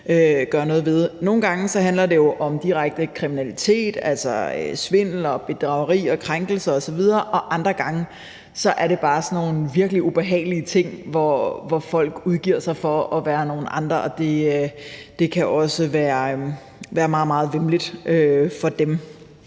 Nogle gange handler det jo direkte om kriminalitet, altså svindel og bedrageri og krænkelser osv. Andre gange er det bare sådan nogle virkelig ubehagelige ting, hvor folk udgiver sig for at være nogle andre. Det kan også være meget, meget væmmeligt for dem,